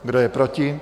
Kdo je proti?